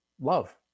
love